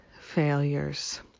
failures